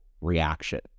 reaction